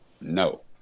no